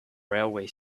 railway